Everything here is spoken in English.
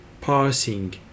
parsing